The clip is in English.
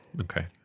Okay